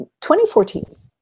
2014